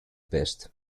best